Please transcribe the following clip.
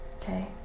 Okay